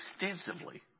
extensively